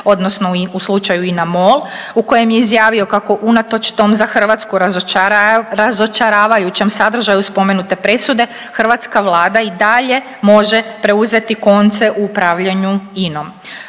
odnosno u slučaju INA-MOL u kojem je izjavio kako unatoč tom za Hrvatskom razočaravajućem sadržaju spomenute presude hrvatska vlada i dalje može preuzeti konce u upravljanju INA-om.